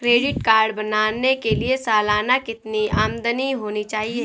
Credit card बनाने के लिए सालाना कितनी आमदनी होनी चाहिए?